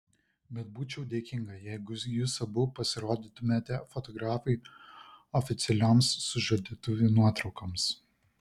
bet būčiau dėkinga jeigu jūs abu pasirodytumėte fotografui oficialioms sužadėtuvių nuotraukoms